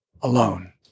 alone